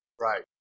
Right